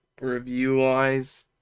review-wise